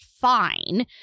fine